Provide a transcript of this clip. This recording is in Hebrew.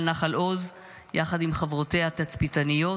נחל עוז יחד עם חברותיה התצפיתניות,